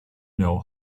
know